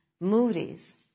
Moody's